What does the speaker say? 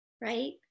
right